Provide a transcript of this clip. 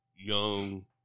Young